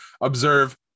observe